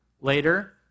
later